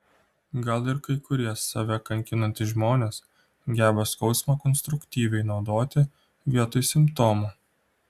gal ir kai kurie save kankinantys žmonės geba skausmą konstruktyviai naudoti vietoj simptomų